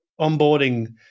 onboarding